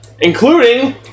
Including